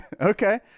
okay